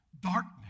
darkness